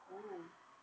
oh